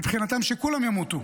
מבחינתם שכולם ימותו.